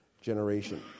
generation